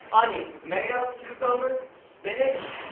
onions, tomatoes, cucumbers, spinach?